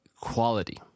quality